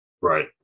right